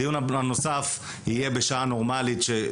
הדיון הנוסף יהיה בשעה נורמלית,